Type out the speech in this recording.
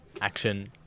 action